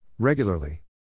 Regularly